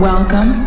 Welcome